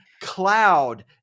cloud